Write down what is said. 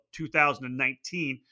2019